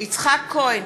יצחק כהן,